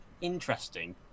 interesting